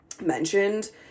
mentioned